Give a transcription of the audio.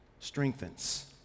strengthens